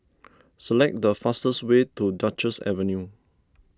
select the fastest way to Duchess Avenue